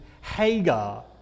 Hagar